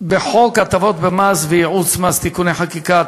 בחוק הטבות במס וייעוץ מס (תיקוני חקיקה),